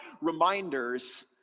reminders